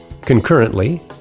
Concurrently